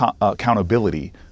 accountability